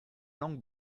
langue